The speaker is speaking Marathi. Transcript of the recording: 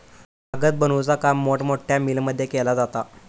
कागद बनवुचा काम मोठमोठ्या मिलमध्ये केला जाता